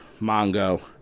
Mongo